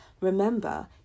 remember